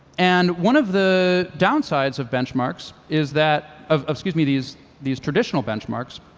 and one of the downsides of benchmarks is that of excuse me, these these traditional benchmarks,